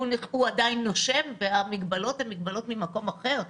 הוא עדיין נושם והמגבלות הן מגבלות ממקום אחר,